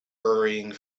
hurrying